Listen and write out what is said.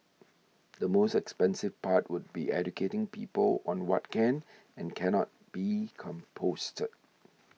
the most expensive part would be educating people on what can and can not be composted